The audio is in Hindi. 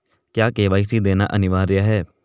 क्या के.वाई.सी देना अनिवार्य है?